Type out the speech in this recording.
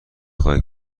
خواهید